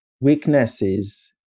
weaknesses